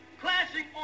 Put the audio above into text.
clashing